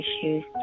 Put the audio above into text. issues